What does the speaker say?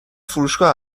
فروشگاه